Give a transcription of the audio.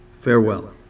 Farewell